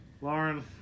Lauren